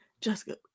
Jessica